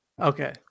Okay